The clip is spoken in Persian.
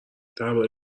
درباره